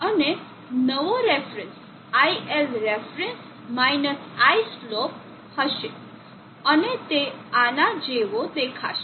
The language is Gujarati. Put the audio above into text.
અને નવો રેફરન્સ iLref islope હશે અને તે આના જેવો દેખાશે